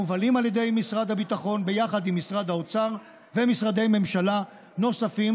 מובלים על ידי משרד הביטחון ביחד עם משרד האוצר ומשרדי ממשלה נוספים,